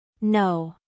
No